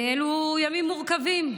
אלו ימים מורכבים.